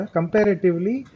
Comparatively